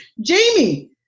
jamie